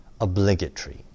Obligatory